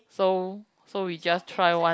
so so we just try one